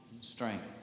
strength